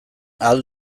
ahal